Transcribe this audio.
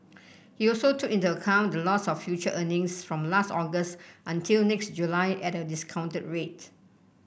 he also took into account the loss of future earnings from last August until next July at a discounted rate